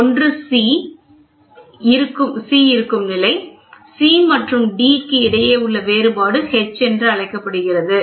ஒன்று C இருக்கும் நிலை C மற்றும் Dக்கு இடையே உள்ள வேறுபாடு H என்று அழைக்கப்படுகிறது